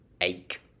ache